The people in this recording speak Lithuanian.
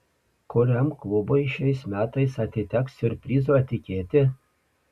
kuriam klubui šiais metais atiteks siurprizo etiketė